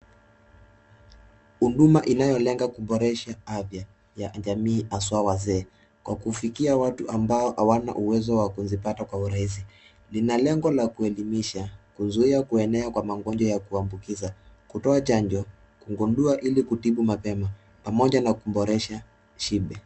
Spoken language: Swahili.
Huduma inayolenga kuboresha afya ya jamii haswa wazee kwa kufikia watu ambao hawana uwezo wa kuzipata kwa urahisi. Lina lengo la kuelimisha, kuzuia kuenea kwa magonjwa ya kuambukiza, kutoa chanjo, kugudua ili kutibu mapema pamoja na kuboresha shibe.